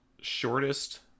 shortest